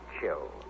chill